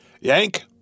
Yank